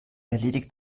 erledigt